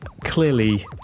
Clearly